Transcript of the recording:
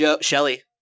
Shelly